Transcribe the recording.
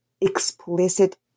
explicit